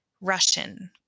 Russian